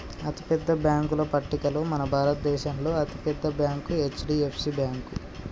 అతిపెద్ద బ్యేంకుల పట్టికలో మన భారతదేశంలో అతి పెద్ద బ్యాంక్ హెచ్.డి.ఎఫ్.సి బ్యేంకు